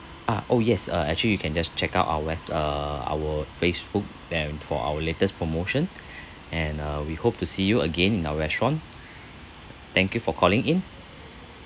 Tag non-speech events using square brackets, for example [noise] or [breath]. ah oh yes uh actually you can just check out our web~ uh our facebook and for our latest promotion [breath] and uh we hope to see you again in our restaurant thank you for calling in